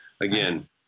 again